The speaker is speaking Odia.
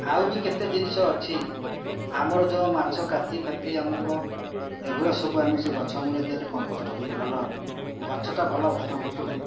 ଆଉ ବି କେତେ ଜିନିଷ ଅଛି ଆମର ଯୋଉ ମାଛ କାତି ଫାତି ଅମୁକ ଏଗୁଡ଼ା ସବୁ ଆମେ ସେ ଗଛ ମୂଳେ ଦେଲେ କମ୍ପୋଷ୍ଟ ହୁଏ ଭଲ ଗଛଟା ଭଲ ହୃଷ୍ଟ ପୁଷ୍ଟ ହୁଏ